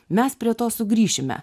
mes prie to sugrįšime